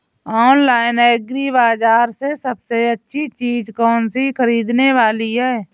Online agri बाजार में सबसे अच्छी चीज कौन सी ख़रीदने वाली है?